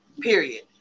Period